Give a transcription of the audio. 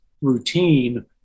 routine